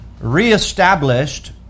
reestablished